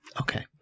Okay